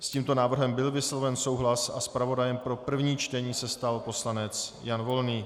S tímto návrhem byl vysloven souhlas a zpravodajem pro první čtení se stal poslanec Jan Volný.